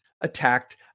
attacked